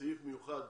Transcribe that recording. סעיף מיוחד,